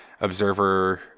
observer